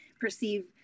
perceive